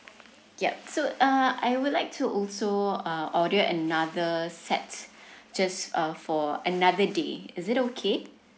yup so uh I would like to also uh order another set just uh for another day is it okay